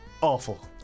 awful